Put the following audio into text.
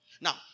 Now